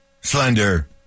slender